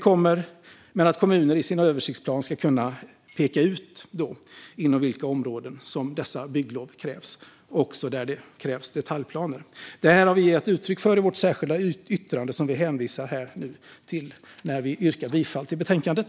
Kommuner ska i sin översiktsplan kunna peka ut inom vilka områden bygglov krävs och var det krävs detaljplaner. Det här har vi gett utryck för i vårt särskilda yttrande, som vi hänvisar till när vi yrkar bifall till betänkandet.